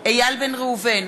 איל בן ראובן,